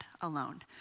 alone